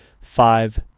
Five